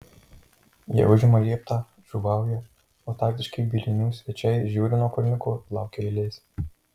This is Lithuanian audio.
jie užima lieptą žuvauja o taktiški bielinių svečiai žiūri nuo kalniuko laukia eilės